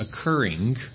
occurring